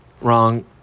Wrong